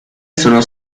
sono